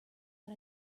but